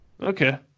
Okay